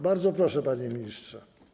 Bardzo proszę, panie ministrze.